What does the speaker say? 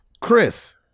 Chris